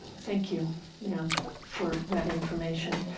thank you ma'am for that information.